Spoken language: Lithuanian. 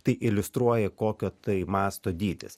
tai iliustruoja kokio tai masto dydis